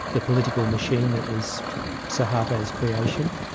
the political machine that was suharto's creation.